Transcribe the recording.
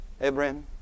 Abraham